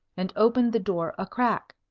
and opened the door a-crack.